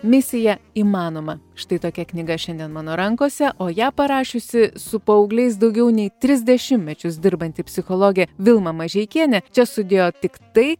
misija įmanoma štai tokia knyga šiandien mano rankose o ją parašiusi su paaugliais daugiau nei tris dešimtmečius dirbanti psichologė vilma mažeikienė čia sudėjo tik tai